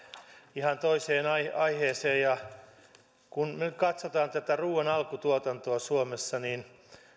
ihan toiseen aiheeseen kun nyt katsotaan tätä ruuan alkutuotantoa suomessa niin